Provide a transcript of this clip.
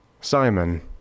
Simon